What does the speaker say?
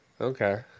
Okay